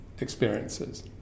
experiences